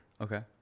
Okay